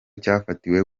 cyafatiwe